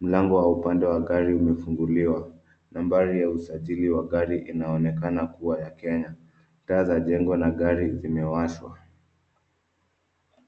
Mlango wa upande wa gari umefunguliwa. Nambari ya usajili wa gari inaonekana kuwa ya Kenya. Taa za jengo na gari zimewashwa.